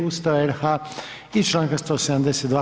Ustava RH i Članka 172.